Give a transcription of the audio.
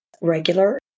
regular